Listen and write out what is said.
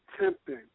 tempting